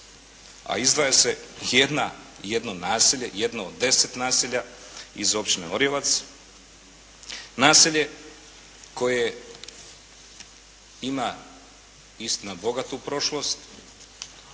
a izdvaja se jedna, jedno naselje, jedno od deset naselja iz Općine Orjevac, naselje koje ima istina bogatu prošlost,